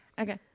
Okay